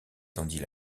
tendit